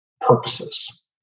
purposes